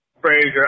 Frazier